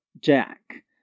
Jack